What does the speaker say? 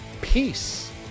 peace